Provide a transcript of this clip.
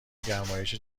گرمایش